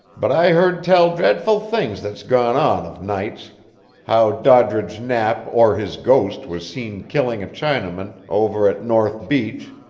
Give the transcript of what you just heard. but i hearn tell dreadful things that's gone on of nights how doddridge knapp or his ghost was seen killing a chinaman over at north beach,